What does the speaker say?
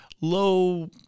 Low